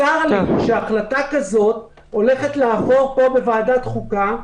צר לי שהחלטה כזאת הולכת לעבור פה בוועדת החוקה,